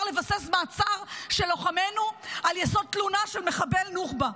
לבסס מעצר של לוחמינו על יסוד תלונה של מחבל נוח'בה.